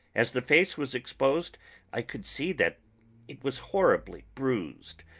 as the face was exposed i could see that it was horribly bruised,